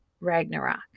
Ragnarok